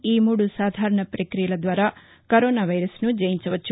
ఈ మూడు సాధారణ పక్రియల ద్వారా కరోనా వైరస్ను జయించవచ్చు